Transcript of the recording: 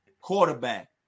quarterback